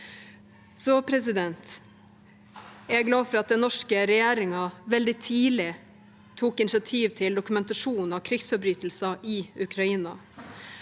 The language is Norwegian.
mat og vann. Jeg er glad for at den norske regjeringen veldig tidlig tok initiativ til dokumentasjon av krigsforbrytelser i Ukraina.